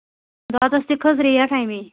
دۄدَس تہِ کھٔژ ریٹ اَمے